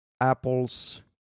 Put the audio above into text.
Apple's